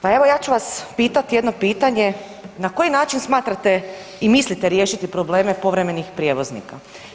Pa evo ja ću vas pitati jedno pitanje na koji način smatrate i mislite riješiti probleme povremenih prijevoznika.